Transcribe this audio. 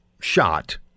shot